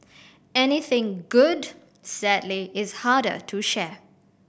anything good sadly is harder to share